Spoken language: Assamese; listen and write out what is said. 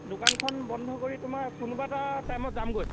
দোকানখন বন্ধ কৰি তোমাৰ কোনোবা এটা টাইমত যামগৈ